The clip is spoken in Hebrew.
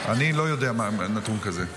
אני לא יודע נתון כזה.